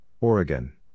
Oregon